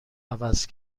عوض